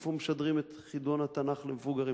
איפה משדרים את חידון התנ"ך למבוגרים?